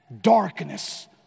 darkness